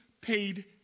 paid